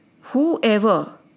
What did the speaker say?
Whoever